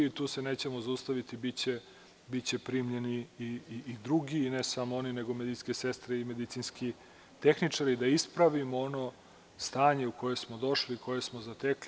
Tu se nećemo zaustaviti, biće primljeni i drugi, i ne samo oni, nego i medicinske sestre i medicinski tehničari, da ispravimo ono stanje u koje smo došli, koje smo zatekli.